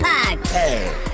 Podcast